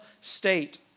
state